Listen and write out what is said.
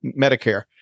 Medicare